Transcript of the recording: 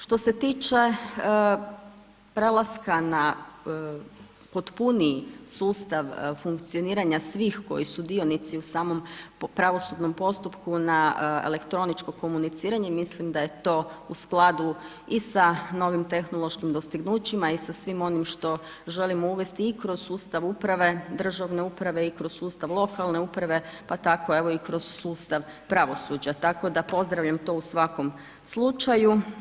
Što se tiče prelaska na potpuniji sustav funkcioniranja svih koji su dionici u samom pravosudnom postupku na elektroničko komuniciranje, mislim da je to u skladu i sa novim tehnološkim dostignućima i sa svim onim što želimo uvesti i kroz sustav uprave, državne uprave i kroz sustav lokalne uprave pa tako evo i kroz sustav pravosuđa tako da pozdravljam to u svakom slučaju.